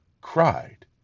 cried